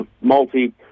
Multi